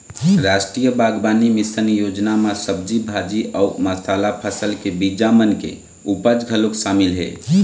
रास्टीय बागबानी मिसन योजना म सब्जी भाजी अउ मसाला फसल के बीजा मन के उपज घलोक सामिल हे